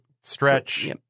stretch